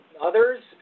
others